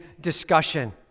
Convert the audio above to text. discussion